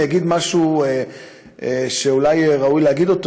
אני אגיד משהו שאולי ראוי להגיד אותו: